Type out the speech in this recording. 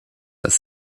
das